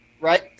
right